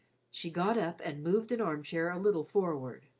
she got up and moved an arm-chair a little forward.